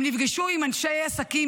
הם נפגשו עם אנשי עסקים,